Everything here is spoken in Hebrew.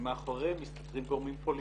שמאחוריהם מסתתרים גורמים פוליטיים.